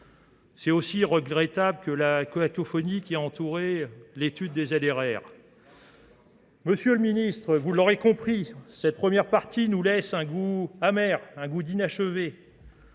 C'est aussi regrettable que la coïncophonie qui a entouré l'étude des LRR. Monsieur le ministre, vous l'aurez compris, cette première partie nous laisse un goût amer, un goût d'inachevé,